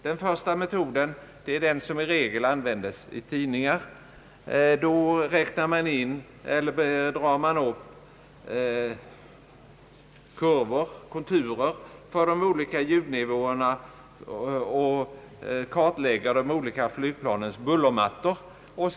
Den första metoden innebär att man drar upp konturerna för de olika ljudnivåerna, dvs. kartlägger de olika flygplanens »bullermattor» vid olika flygriktningar.